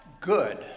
good